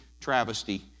travesty